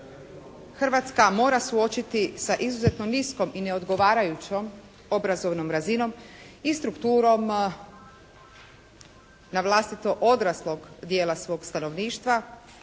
Hrvatska mora suočiti sa izuzetno niskom i neodgovarajućom obrazovnom razinom i strukturom na vlastito odraslog dijela svog stanovništva,